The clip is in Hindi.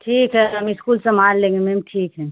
ठीक है हम इस्कूल संभाल लेंगे मैम ठीक है